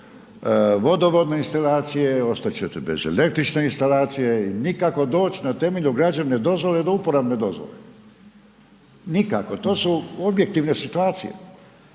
vodovodne instalacije, ostat ćete bez električne instalacije i nikako doć na temelju građevne dozvole do uporabne dozvole, nikako, to su objektivne situacije.